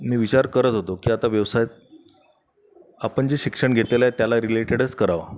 मी विचार करत होतो की आता व्यवसायात आपण जे शिक्षण घेतलेलं आहे त्याला रिलेटेडच करावं